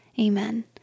Amen